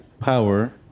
power